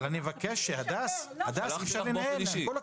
הדס, עם כל הכבוד,